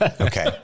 Okay